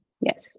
yes